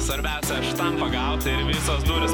svarbiausia pagauti visas duris